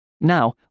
Now